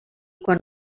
quan